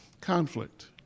conflict